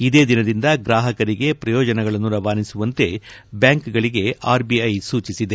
ಇದೇ ದಿನದಿಂದ ಗ್ರಾಹಕರಿಗೆ ಪ್ರಯೋಜನಗಳನ್ನು ರವಾನಿಸುವಂತೆ ಬ್ಯಾಂಕ್ ಗಳಿಗೆ ಆರ್ಬಿಐ ಸೂಚಿಸಿದೆ